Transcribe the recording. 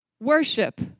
Worship